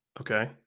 Okay